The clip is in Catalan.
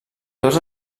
tots